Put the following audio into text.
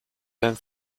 san